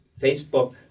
Facebook